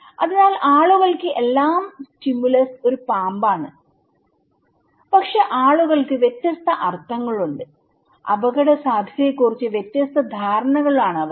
അതിനാൽ ആളുകൾക്ക് എല്ലാം സ്റ്റിമുലസ്ഒരു പാമ്പാണ് പക്ഷേ ആളുകൾക്ക് വ്യത്യസ്ത അർത്ഥങ്ങളുണ്ട് അപകടസാധ്യതയെക്കുറിച്ച് വ്യത്യസ്ത ധാരണകൾ ആണ് അവർക്ക്